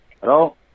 Hello